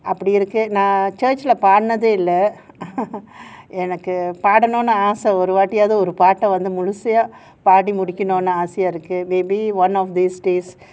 இது நான்:ithu naan church பாடுனதே இல்லpaadunathe illa எனக்கு பாடும்னு ஆசை ஒரு வாட்டியாவது பாடல முழுமையா பாடணும்னு ஆசை:enakku paadanumnu aasai oru vaattiyyavathu mulumayaa paadanumnu aasai maybe one of these days